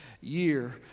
year